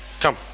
come